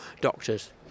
doctors